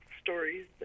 stories